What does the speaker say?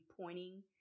pointing